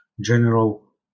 general